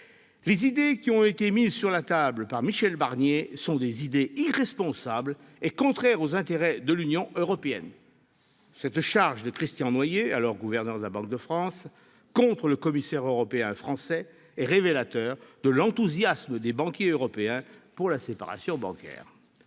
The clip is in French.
Les idées qui ont été mises sur la table par Michel Barnier sont des idées [...] irresponsables et contraires aux intérêts de l'Union européenne »: cette charge de Christian Noyer, alors gouverneur de la Banque de France contre le commissaire européen français est révélatrice de l'enthousiasme des banquiers européens pour la séparation bancaire